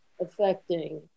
affecting